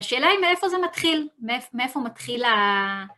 השאלה היא מאיפה זה מתחיל, מאיפה מתחיל ה...